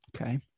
Okay